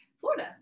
Florida